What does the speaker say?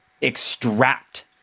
extract